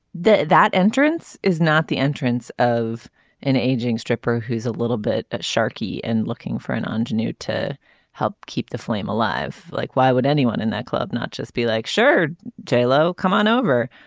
that entrance is not the entrance of an aging stripper who's a little bit sharky and looking for an ah engineer to help keep the flame alive. like why would anyone in that club not just be like sure jay lowe come on over.